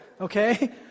okay